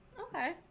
okay